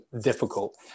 difficult